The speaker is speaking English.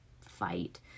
fight